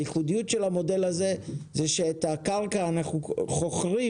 הייחודיות במודל הזה היא בכך שאת הקרקע אנחנו חוכרים